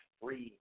free